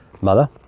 Mother